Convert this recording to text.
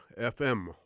FM